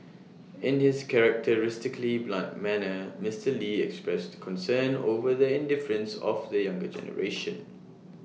in his characteristically blunt manner Mister lee expressed concern over the indifference of the younger generation